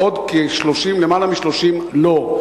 בעוד שכלמעלה מ-30% לא.